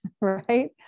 right